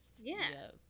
yes